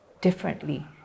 differently